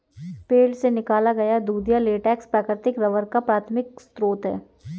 पेड़ से निकाला गया दूधिया लेटेक्स प्राकृतिक रबर का प्राथमिक स्रोत है